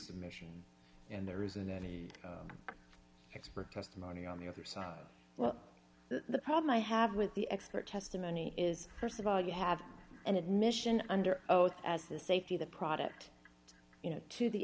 submission and there isn't any expert testimony on the other side well the problem i have with the expert testimony is st of all you have an admission under oath as the safety of the product you know to the